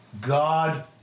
God